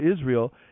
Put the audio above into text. Israel